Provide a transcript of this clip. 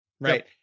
Right